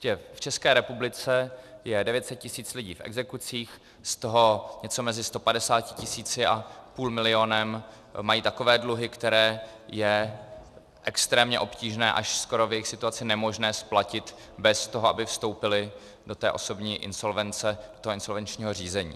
V České republice je 900 tisíc lidí v exekucích, z toho něco mezi 150 tisíci a půl milionem mají takové dluhy, které je extrémně obtížné, až skoro v jejich situaci nemožné splatit bez toho, aby vstoupili do té osobní insolvence, do toho insolvenčního řízení.